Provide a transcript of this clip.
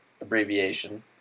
abbreviation